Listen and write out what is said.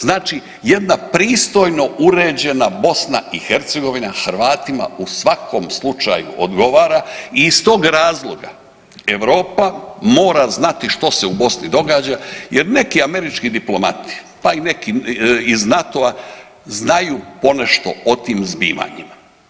Znači, jedna pristojno uređena Bosna i Hercegovina Hrvatima u svakom slučaju odgovara i iz tog razloga Europa mora znati što se u Bosni događa jer neki američki diplomati, pa i neki iz NATO-a znaju ponešto o tim zbivanjima.